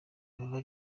biba